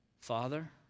Father